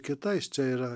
kitais čia yra